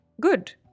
Good